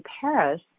Paris